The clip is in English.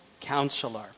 Counselor